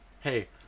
Hey